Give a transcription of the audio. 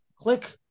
click